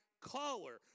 caller